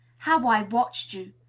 how i watched you!